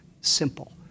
Simple